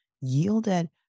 yielded